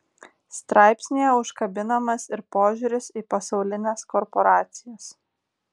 straipsnyje užkabinamas ir požiūris į pasaulines korporacijas